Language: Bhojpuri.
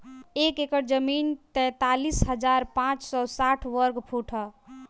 एक एकड़ जमीन तैंतालीस हजार पांच सौ साठ वर्ग फुट ह